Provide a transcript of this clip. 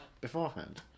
beforehand